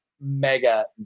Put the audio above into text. mega